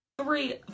three